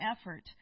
effort